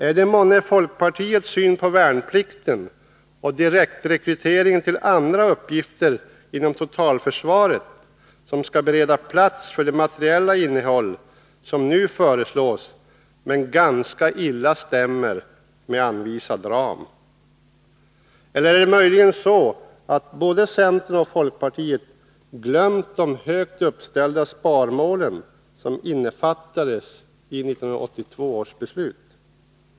Är det månne folkpartiets syn på värnplikten och direktrekryteringen till andra uppgifter inom totalförsvaret som skall bereda plats för de materiella innehåll som nu föreslås men ganska illa stämmer med anvisad ram? Eller är det möjligen så att centern och folkpartiet har glömt de högt uppställda sparmålen som innefattades i 1982 års försvarsbeslut.